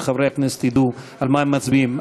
וחברי הכנסת ידעו על מה הם מצביעים.